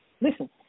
listen